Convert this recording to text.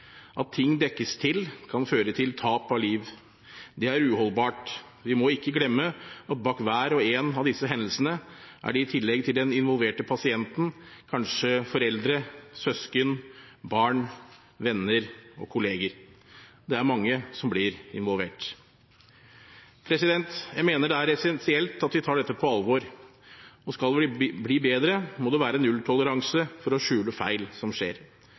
At ting dekkes til, kan føre til tap av liv. Det er uholdbart. Vi må ikke glemme at bak hver og en av disse hendelsene er det i tillegg til den involverte pasienten kanskje foreldre, søsken, barn, venner og kolleger. Det er mange som blir involvert. Jeg mener det er essensielt at vi tar dette på alvor. Og skal vi bli bedre, må det være nulltoleranse for å skjule feil som skjer.